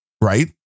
right